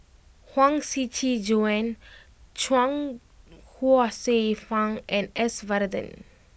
Huang Shiqi Joan Chuang Hsueh Fang and S Varathan